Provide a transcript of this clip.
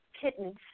kittens